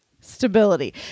stability